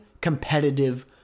competitive